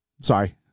Sorry